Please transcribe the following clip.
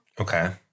Okay